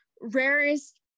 rarest